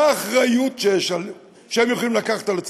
מה האחריות שהם יכולים לקחת על עצמם.